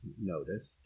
noticed